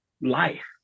life